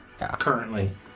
currently